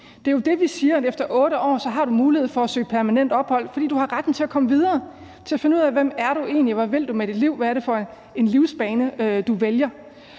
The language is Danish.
Det er jo det, vi siger, nemlig at efter 8 år har du mulighed for at søge permanent ophold, fordi du har retten til at komme videre; til at finde ud af, hvem du egentlig er; hvad du vil med dit liv; og hvad det er for en livsbane, du vælger.